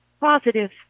Positive